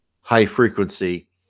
high-frequency